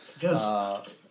Yes